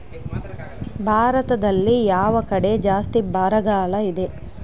ಭಾರತದಲ್ಲಿ ಯಾವ ಕಡೆ ಜಾಸ್ತಿ ಬರಗಾಲ ಇದೆ?